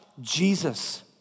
Jesus